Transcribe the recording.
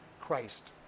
Christ